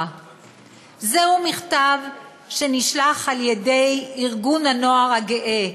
זה מכתב שנשלח על-ידי ארגון הנוער הגאה,